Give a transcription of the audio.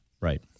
Right